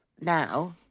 now